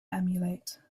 emulate